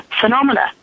phenomena